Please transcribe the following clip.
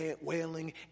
wailing